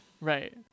Right